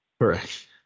Correct